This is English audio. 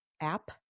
app